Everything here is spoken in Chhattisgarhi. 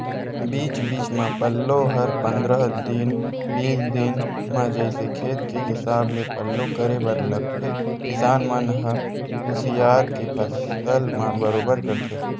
बीच बीच म पल्लो हर पंद्रह दिन बीस दिन म जइसे खेत के हिसाब ले पल्लो करे बर लगथे किसान मन ह कुसियार के फसल म बरोबर करथे